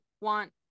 want